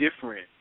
different